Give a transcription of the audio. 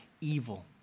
evil